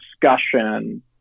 discussion